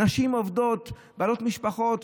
נשים עובדות בעלות משפחות.